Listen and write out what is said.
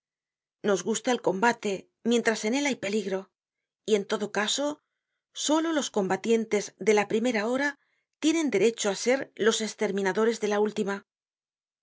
nos gusta el combate mientras en él hay peligro y en todo caso solo los combatientes de la primera hora tienen derecho á ser los esterminadores de la última